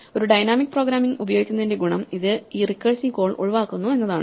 ഒരു dynamic programming ഉപയോഗിക്കുന്നതിന്റെ ഗുണം ഇത് ഈ റിക്കേഴ്സീവ് കോൾ ഒഴിവാക്കുന്നു എന്നതാണ്